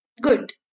Good